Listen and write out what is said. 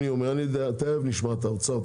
תכף נשמע את האוצר,